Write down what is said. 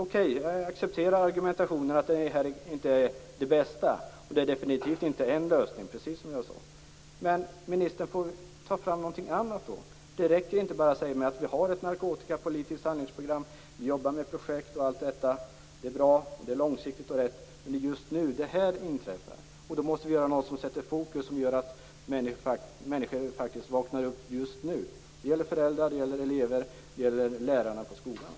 Jag accepterar argumentationen att det inte är det bästa förslaget. Det är, som jag sade, definitivt inte den enda lösningen. Men då får ministern ta fram någonting annat. Det räcker inte bara med att säga att man har ett narkotikapolitiskt handlingsprogram och att man jobbar med projekt. Det är bra. Det är långsiktigt, och det är riktigt. Men det är just nu som detta inträffar, och då måste någon fokusera problemet och få människor att vakna upp just nu. Det gäller föräldrar, elever och lärarna på skolan.